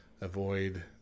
avoid